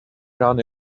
done